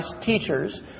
teachers